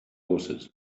horses